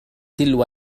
تلو